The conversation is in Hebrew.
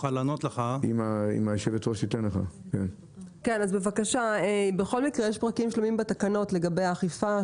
בכל מקרה יש פרקים שלמים בתקנות לגבי האכיפה,